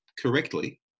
correctly